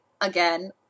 Again